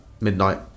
midnight